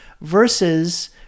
versus